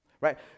right